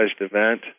event